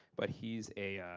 but he's a,